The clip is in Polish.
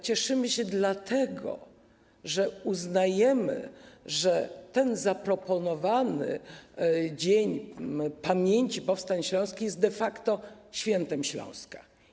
Cieszymy się dlatego, że uznajemy, że ten zaproponowany dzień pamięci powstań śląskich będzie de facto świętem Śląska.